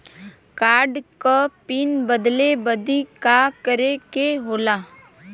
Card क pin बदले बदी का करे के होला?